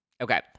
Okay